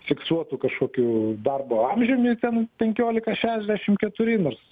fiksuotu kažkokiu darbo amžiumi ten penkiolika šešiasdešimt keturi nors